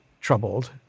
troubled